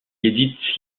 édite